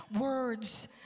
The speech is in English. words